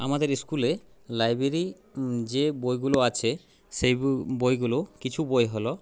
আমাদের ইস্কুলে লাইব্রেরি যে বইগুলো আছে সেই বইগুলো কিছু বই হল